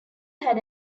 had